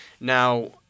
Now